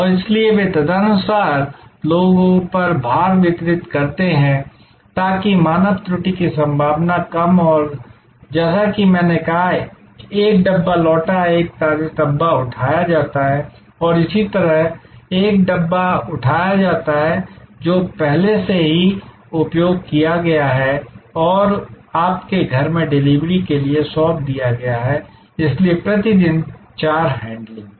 और इसलिए वे तदनुसार लोगों पर भार वितरित करते हैं ताकि मानव त्रुटि की संभावना कम हो और जैसा कि मैंने कहा एक डब्बा लौटा है एक ताजा डब्बा उठाया जाता है और इसी तरह एक डब्बा उठाया जाता है जो पहले से ही है उपयोग किया गया है और आपके घर में डिलीवरी के लिए सौंप दिया गया है इसलिए प्रति दिन चार हैंडलिंग